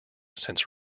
since